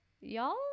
y'all